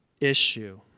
issue